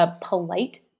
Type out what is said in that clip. polite